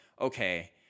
okay